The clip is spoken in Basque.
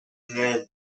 lehen